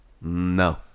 No